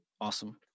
Awesome